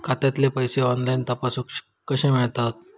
खात्यातले पैसे ऑनलाइन तपासुक कशे मेलतत?